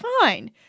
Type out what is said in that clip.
fine